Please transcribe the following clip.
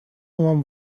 вам